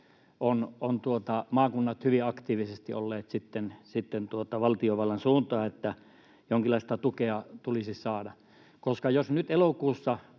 ovat maakunnat hyvin aktiivisia olleet sitten valtiovallan suuntaan, että jonkinlaista tukea tulisi saada. Jos nyt elokuussa